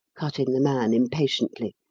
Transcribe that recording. cut in the man impatiently.